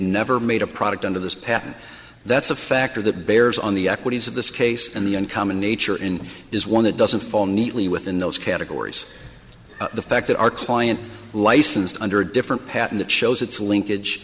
never made a product under this patent that's a factor that bears on the equities of this case and the uncommon nature in is one that doesn't fall neatly within those categories the fact that our client licensed under a different pattern that shows its linkage